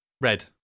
Red